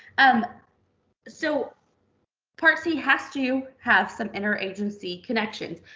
um so part c has to have some inter-agency connections,